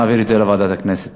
נעביר את זה לוועדת הכנסת.